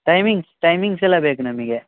timings timings ಎಲ್ಲ ಬೇಕು ನಮಗೆ